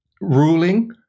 ruling